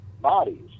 Bodies